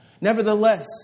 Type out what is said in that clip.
Nevertheless